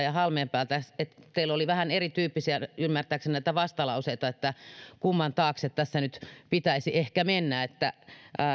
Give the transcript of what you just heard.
ja halmeenpää siitä teillä oli ymmärtääkseni vähän erityyppisiä vastalauseita kumman taakse nyt pitäisi ehkä mennä